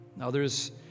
Others